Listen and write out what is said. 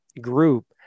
group